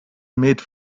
made